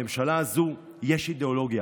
אבל בסוף המפלגה שלך פשטה רגל מוסרית.